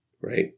right